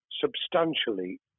substantially